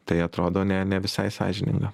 tai atrodo ne ne visai sąžininga